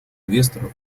инвесторов